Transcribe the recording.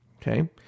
Okay